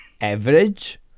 average